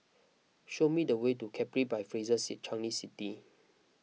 show me the way to Capri by Fraser Changi City